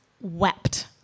wept